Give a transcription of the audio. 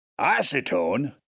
Acetone